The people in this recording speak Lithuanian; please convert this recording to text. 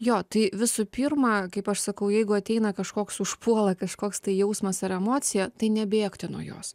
jo tai visų pirma kaip aš sakau jeigu ateina kažkoks užpuola kažkoks tai jausmas ar emocija tai nebėgti nuo jos